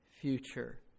future